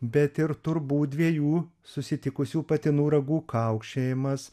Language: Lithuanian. bet ir turbūt dviejų susitikusių patinų ragų kaukšėjimas